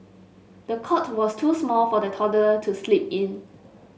the cot was too small for the toddler to sleep in